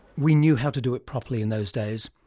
we knew how to do it properly in those days.